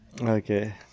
Okay